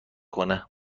کنه